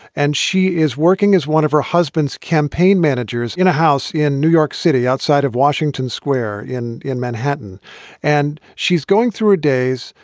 and she is working as one of her husband's campaign managers in a house in new york city outside of washington square in in manhattan and she's going through her days.